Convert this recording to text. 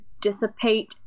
dissipate